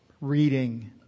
reading